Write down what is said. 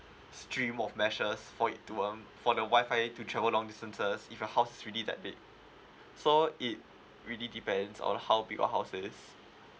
stream of meshes for it to um for the WI-FI to travel long distances if your house is really that big so it really depends on how big your house is